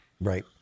Right